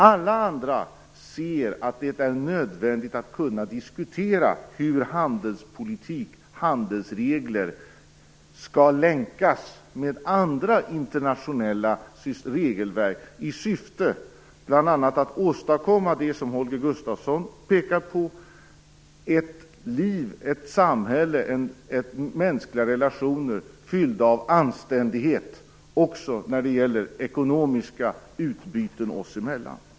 Alla andra ser att det är nödvändigt att kunna diskutera hur handelspolitik och handelsregler skall länkas med andra internationella regelverk bl.a. i syfte att åstadkomma det som Holger Gustafsson pekar på: ett liv, ett samhälle och mänskliga relationer fyllda av anständighet också när det gäller ekonomiska utbyten oss emellan.